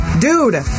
Dude